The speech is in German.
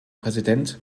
präsident